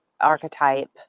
archetype